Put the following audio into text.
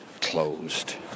closed